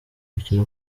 mukino